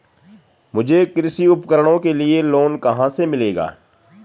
मुझे कृषि उपकरणों के लिए लोन कहाँ से मिलेगा?